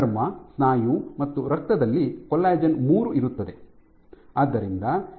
ಚರ್ಮ ಸ್ನಾಯು ಮತ್ತು ರಕ್ತದಲ್ಲಿ ಕೊಲ್ಲಜೆನ್ ಮೂರು ಇರುತ್ತದೆ